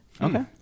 Okay